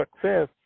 success